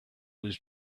was